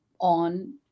on